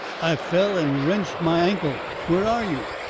i fell and wrenched my ankle. where are you?